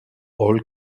all